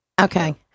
okay